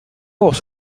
was